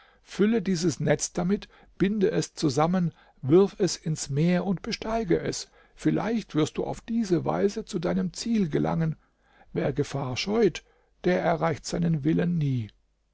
fülle dieses netz damit binde es zusammen wirf es ins meer und besteige es vielleicht wirst du auf diese weise zu deinem ziel gelangen wer gefahr scheut der erreicht seinen willen nie